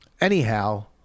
Anyhow